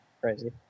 crazy